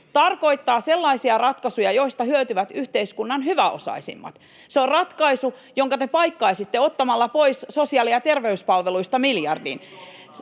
tarkoittaa sellaisia ratkaisuja, joista hyötyvät yhteiskunnan hyväosaisimmat. Se on ratkaisu, jonka te paikkaisitte ottamalla pois sosiaali‑ ja terveyspalveluista miljardin.